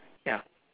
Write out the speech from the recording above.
ya